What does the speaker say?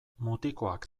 mutikoak